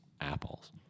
apples